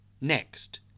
next